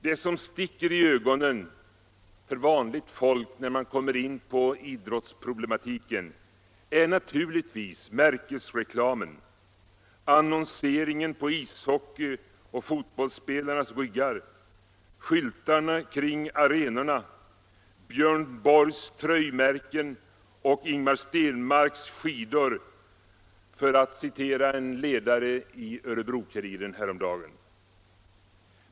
Det som sticker i ögonen på vanligt folk när man kommer in på idrotts 45 problematiken är naturligtvis märkesreklamen, annonseringen på ishockeyoch fotbollsspelarnas ryggar, skyltarna kring arenorna, Björn Borgs tröjmärken och Ingemar Stenmarks skidor, för att hänvisa till en ledare i Örebro-Kuriren häromdagen.